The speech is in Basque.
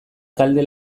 talde